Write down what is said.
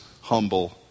humble